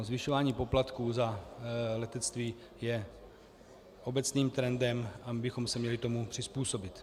Zvyšování poplatků za letectví je obecným trendem a my bychom se tomu měli přizpůsobit.